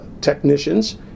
technicians